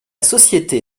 société